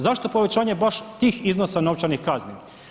Zašto povećanje baš tih iznosa novčanih kazni?